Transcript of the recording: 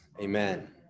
Amen